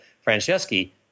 Franceschi